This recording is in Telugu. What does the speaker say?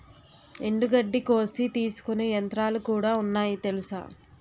ఎండుగడ్డి కోసి తీసుకునే యంత్రాలుకూడా ఉన్నాయి తెలుసా?